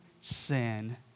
sin